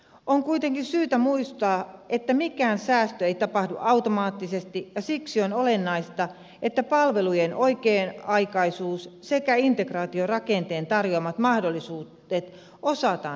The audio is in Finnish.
on kuitenkin syytä muistaa että mikään säästö ei tapahdu automaattisesti ja siksi on olennaista että palvelujen oikea aikaisuus sekä integraatiorakenteen tarjoamat mahdollisuudet osataan hyödyntää